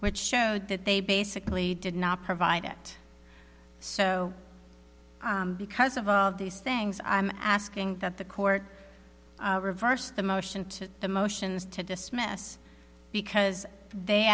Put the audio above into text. which showed that they basically did not provide it so because of all of these things i'm asking that the court reversed the motion to the motions to dismiss because they